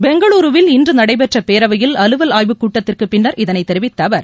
பெங்களுருவில் இன்று நடைபெற்ற பேரவையில் அலுவல் ஆய்வுக் கூட்டத்திற்கு பின்னர் இதனை தெரிவித்த அவர்